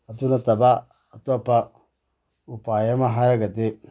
ꯑꯗꯨ ꯅꯠꯇꯕ ꯑꯇꯣꯞꯄ ꯎꯄꯥꯏ ꯑꯃ ꯍꯥꯏꯔꯒꯗꯤ